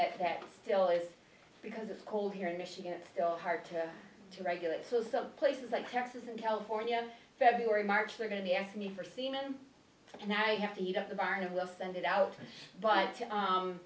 that that still is because it's cold here in michigan it's still hard to to regulate it so some places like texas and california february march they're going to be asking you for seeing them now you have to heat up a barn and we'll send it out but